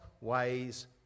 ways